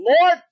Lord